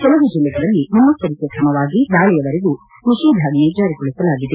ಕೆಲವು ಜಿಲ್ಲೆಗಳಲ್ಲಿ ಮುನ್ನೆಚ್ಚರಿಕೆ ಕ್ರಮವಾಗಿ ನಾಳೆಯವರೆಗೂ ನಿಷೇಧಾಜ್ಞೆ ಜಾರಿಗೊಳಿಸಲಾಗಿದೆ